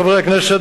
חברי הכנסת,